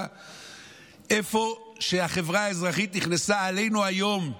איפה שהחברה האזרחית נכנסה אליו היום,